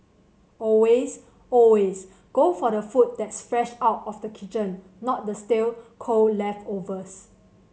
always always go for the food that's fresh out of the kitchen not the stale cold leftovers